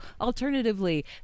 Alternatively